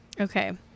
Okay